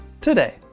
today